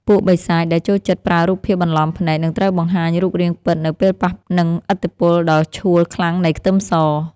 ពួកបិសាចដែលចូលចិត្តប្រើរូបភាពបន្លំភ្នែកនឹងត្រូវបង្ហាញរូបរាងពិតនៅពេលប៉ះនឹងឥទ្ធិពលដ៏ឆួលខ្លាំងនៃខ្ទឹមស។